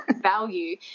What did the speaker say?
value